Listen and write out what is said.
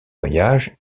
voyage